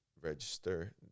register